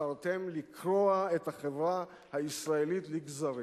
בחרתם לקרוע את החברה הישראלית לגזרים.